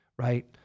right